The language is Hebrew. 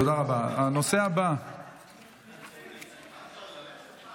אני מודיע שהצעת חוק הפיקוח על העבודה (תיקון מס' 13),